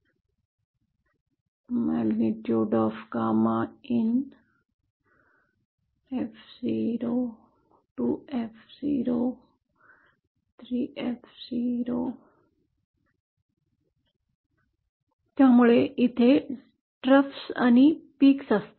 त्यामुळे कुंड असतात आणि मग शिखरे असतात